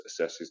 assesses